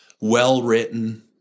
well-written